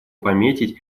пометить